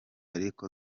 ariko